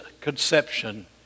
conception